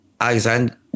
Alexandre